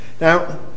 Now